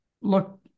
look